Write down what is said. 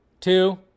two